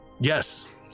Yes